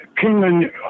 Kingman